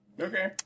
Okay